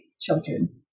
children